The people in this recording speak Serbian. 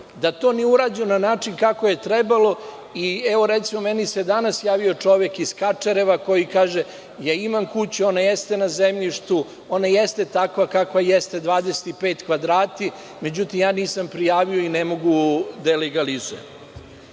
da to nije urađeno na način kako je trebalo. Recimo, danas mi se javio čovek iz Kačareva, koji kaže – imam kuću, ona jeste na zemljištu, ona jeste takva kakva jeste, 25 kvadrata, međutim, nisam prijavio i ne mogu da